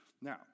Now